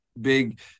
big